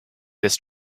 this